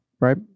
right